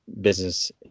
business